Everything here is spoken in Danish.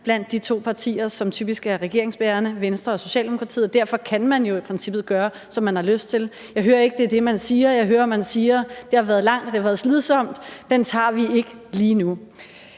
blandt de to partier, som typisk er regeringsbærende, Venstre og Socialdemokratiet, og derfor kan man jo i princippet gøre, som man har lyst til. Jeg hører ikke, at det er det, man siger. Jeg hører, at man siger, at det har været langvarigt, og at det har været slidsomt, men at den tager vi ikke lige nu.